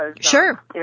Sure